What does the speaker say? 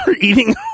eating